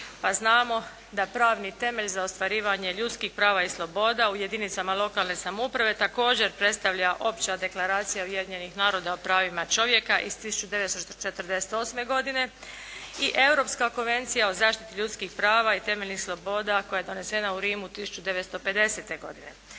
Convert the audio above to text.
Pa znamo da pravni temelj za ostvarivanje ljudskih prava i sloboda u jedinicama lokalne samouprave također predstavlja Opća deklaracija Ujedinjenih naroda o pravima čovjeka iz 1948. godine i Europska konvencija o zaštiti ljudskih prava i temeljnih sloboda koja je donesena u Rimu 1950. godine.